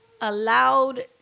allowed